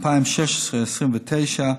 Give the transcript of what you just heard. ב-2016 29,